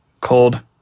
cold